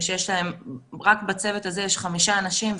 רק בצוות הזה יש חמישה אנשים.